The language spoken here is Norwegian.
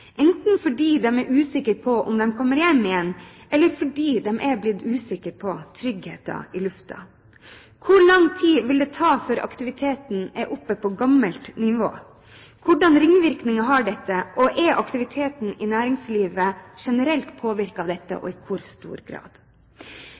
enten fordi de er usikre på om de kommer hjem igjen, eller fordi de er blitt usikre på tryggheten i lufta. Hvor lang tid vil det ta før aktiviteten er oppe på gammelt nivå? Hva slags ringvirkninger har dette? Er aktiviteten i næringslivet generelt påvirket av dette